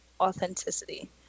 authenticity